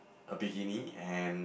a bikini and